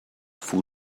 فرو